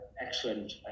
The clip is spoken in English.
excellent